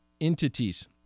entities